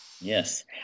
Yes